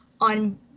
on